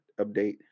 update